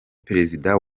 perezida